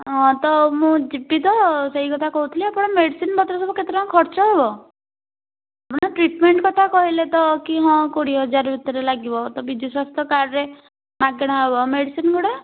ହଁ ତ ମୁଁ ଯିବି ତ ସେଇ କଥା କହୁଥିଲି ଆଉ ମେଡ଼ିସିନ ପତ୍ର ସବୁ କେତେ ଟଙ୍କା ଖର୍ଚ୍ଚ ହବ ଆପଣ ଟ୍ରିଟମେଣ୍ଟ କଥା କହିଲେ ତ ହଁ ହଁ କୋଡ଼ିଏ ହଜାର ଭିତରେ ଲାଗିବ ତ ବିଜୁ ସ୍ଵାସ୍ଥ୍ୟ କାର୍ଡ଼ରେ ମାଗଣା ହବ ମେଡ଼ିସିନ ଗୁଡ଼ା